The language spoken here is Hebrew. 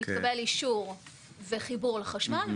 מתקבל אישור וחיבור לחשמל,